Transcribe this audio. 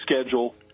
schedule